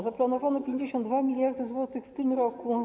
Zaplanowano 52 mld zł w tym roku.